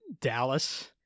Dallas